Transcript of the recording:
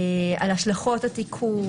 על השלכות התיקון.